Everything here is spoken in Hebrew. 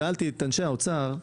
שאלתי את אנשי האוצר חידה,